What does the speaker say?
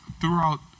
throughout